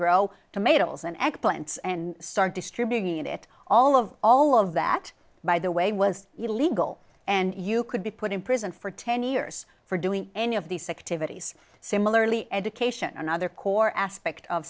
grow tomatoes and eggplants and start distributing it all of all of that by the way was illegal and you could be put in prison for ten years for doing any of these sick to similarly education and other core aspect of